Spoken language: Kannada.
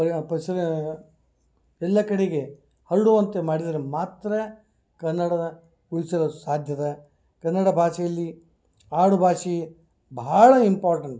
ಪ ಪಸಾ ಎಲ್ಲ ಕಡೆಗೆ ಹರಡುವಂತೆ ಮಾಡಿದ್ರದ್ರೆ ಮಾತ್ರ ಕನ್ನಡದ ಉಳಿಸಲು ಸಾಧ್ಯ ಕನ್ನಡ ಭಾಷೆಯಲ್ಲಿ ಆಡು ಭಾಷೆ ಬಹಳ ಇಂಪಾರ್ಟನ್ಸು